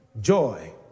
joy